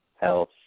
health